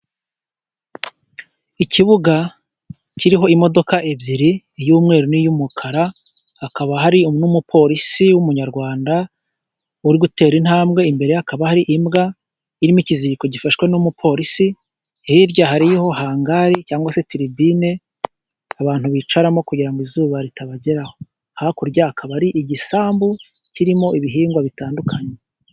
Ikibuga kiriho imodoka ebyiri iy'umweru n'iy'umukara hakaba hari n'umupolisi w'umunyarwanda uri gutera intambwe. Imbere hakaba hari imbwa irimo ikiziriko gifashwe n'umupolisi hirya hariho hangari cyangwa se tiribine abantu bicaramo kugira ngo izuba ritabageraho, hakurya akaba ari igisambu kirimo ibihingwa bitandukanye.